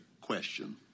question